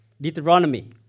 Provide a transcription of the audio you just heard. Deuteronomy